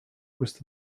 questo